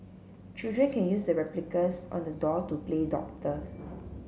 children can use the replicas on the doll to play doctor